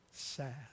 Sad